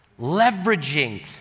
Leveraging